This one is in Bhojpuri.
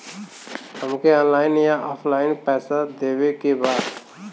हमके ऑनलाइन या ऑफलाइन पैसा देवे के बा?